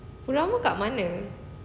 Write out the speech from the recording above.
furama kat mana